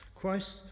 Christ